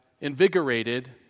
invigorated